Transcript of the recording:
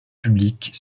publique